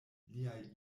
liaj